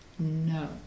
no